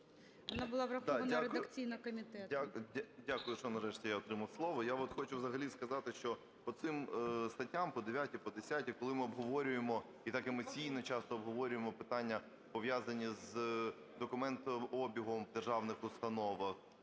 Вона була врахована редакційно комітетом. 11:53:07 СЕВРЮКОВ В.В. Да. Дякую. Дякую, що нарешті я отримав слово. Я от хочу взагалі сказати, що по цим статтям: по 9-й, по 10-й, коли ми обговорюємо і так емоційно часто обговорюємо питання, пов'язані з документообігом в державних установах,